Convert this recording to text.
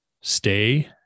stay